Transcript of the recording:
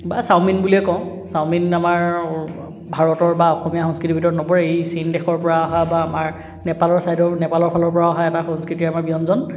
বা চাওমিন বুলিয়ে কওঁ চাওমিন আমাৰ ভাৰতৰ বা অসমীয়া সংস্কৃতিৰ ভিতৰত নপৰে এই চীন দেশৰ পৰা অহা বা আমাৰ নেপালৰ ছাইডৰ নেপালৰ ফালৰ পৰা অহা এটা সংস্কৃতি আমাৰ ব্যঞ্জন